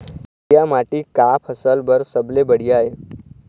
करिया माटी का फसल बर सबले बढ़िया ये?